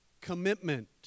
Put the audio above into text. commitment